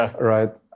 right